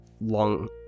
long